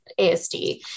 ASD